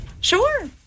Sure